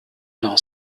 n’en